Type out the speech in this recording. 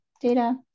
data